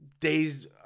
days